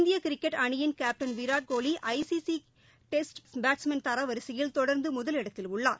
இந்தியகிரிக்கெட் அணியின் captain Virat Kohli ICC Test batsmen தரவரிசையில் தொடர்ந்துமுதலிடத்தில் உள்ளார்